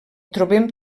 trobem